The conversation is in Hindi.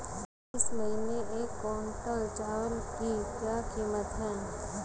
इस महीने एक क्विंटल चावल की क्या कीमत है?